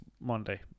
Monday